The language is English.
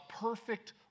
perfect